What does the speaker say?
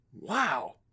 Wow